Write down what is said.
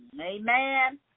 Amen